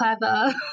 clever